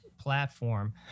platform